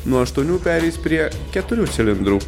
nuo aštuonių pereis prie keturių cilindrų